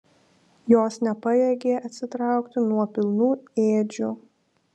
jos nepajėgė atsitraukti nuo pilnų ėdžių